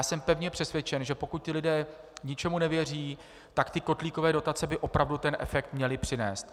Jsem pevně přesvědčen, že pokud lidé ničemu nevěří, tak kotlíkové dotace by opravdu ten efekt měly přinést.